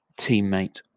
teammate